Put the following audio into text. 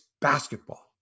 basketball